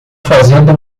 fazendo